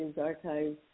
archives